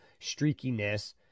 streakiness